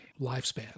lifespan